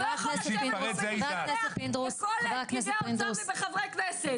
הוא לא יכול לשבת פה ולהתנגח בכל פקידי האוצר ובחברי כנסת.